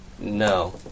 No